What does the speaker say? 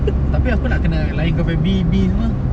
tapi aku nak layan kau punya B B semua